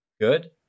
good